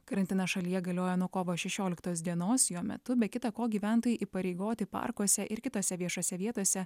karantinas šalyje galioja nuo kovo šešioliktos dienos jo metu be kita ko gyventojai įpareigoti parkuose ir kitose viešose vietose